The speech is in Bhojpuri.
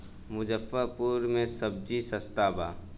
मुजफ्फरपुर में सबजी सस्ता बा